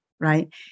Right